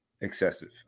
excessive